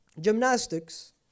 Gymnastics